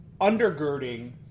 undergirding